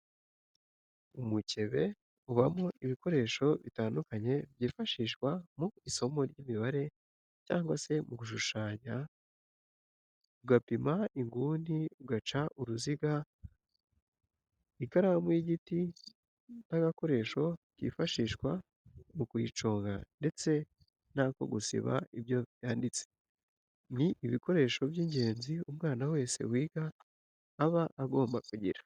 Umukebe ubamo ibikoresho bitandukanye byifashishwa mu isomo ry'imibare cyangwa se mu gushushanya, ugapima inguni, ugaca uruziga, ikaramu y'igiti n'agakoresho kifashishwa mu kuyiconga ndetse n'ako gusiba ibyo yanditse, ni ibikoresho by'ingenzi umwana wese wiga aba agomba kugira.